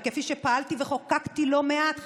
וכפי שפעלתי וחוקקתי לא מעט,